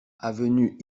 avenue